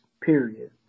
period